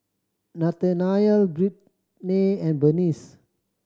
Nathanael Brittnay and Bernice